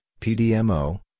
PDMO